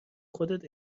خودت